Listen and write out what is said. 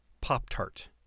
Pop-Tart